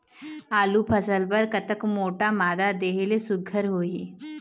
आलू फसल बर कतक मोटा मादा देहे ले सुघ्घर होही?